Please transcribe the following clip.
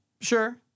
Sure